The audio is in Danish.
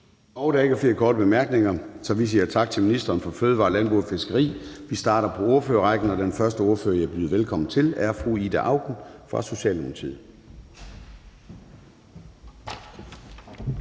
Der er ikke flere korte bemærkninger, så vi siger tak til ministeren for fødevarer, landbrug og fiskeri. Vi starter på ordførerrækken, og den første ordfører, jeg byder velkommen til, er fru Ida Auken fra Socialdemokratiet.